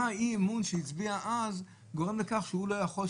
מה אי-האמון שהוא הצביע אז גורם לכך שהוא לא יכול,